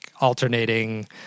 alternating